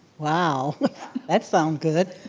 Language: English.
wow that sound good.